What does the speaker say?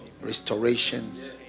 restoration